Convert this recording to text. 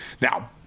Now